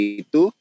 itu